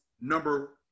number